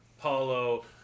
Paulo